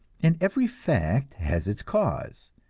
and every fact has its cause,